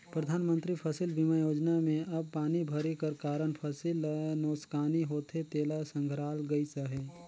परधानमंतरी फसिल बीमा योजना में अब पानी भरे कर कारन फसिल ल नोसकानी होथे तेला संघराल गइस अहे